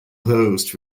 closed